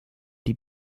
die